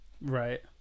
Right